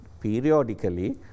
periodically